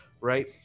Right